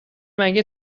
مگه